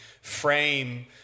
frame